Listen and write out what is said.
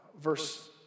verse